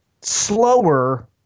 slower